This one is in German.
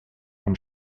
und